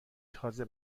تازه